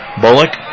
Bullock